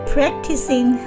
Practicing